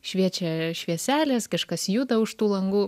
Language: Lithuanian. šviečia švieselės kažkas juda už tų langų